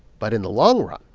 but in the long run.